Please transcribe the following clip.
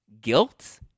guilt